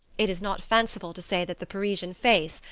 it is not fanciful to say that the parisian face,